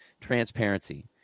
transparency